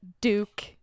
Duke